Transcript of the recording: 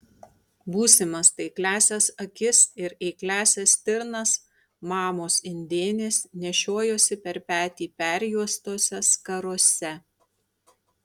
būsimas taikliąsias akis ir eikliąsias stirnas mamos indėnės nešiojosi per petį perjuostose skarose